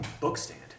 bookstand